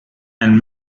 and